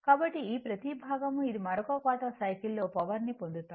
కాబట్టి ఈ ప్రతి భాగం ఇది మరొక క్వార్ట్రర్ సైకిల్లో పవర్ని పొందుతాము